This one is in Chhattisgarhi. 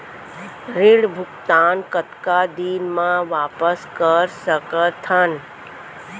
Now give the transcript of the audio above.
ऋण भुगतान कतका दिन म वापस कर सकथन?